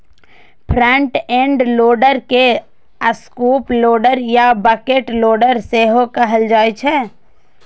front end loader के scoop loader या bucket loader सेहो कहल जाइ छै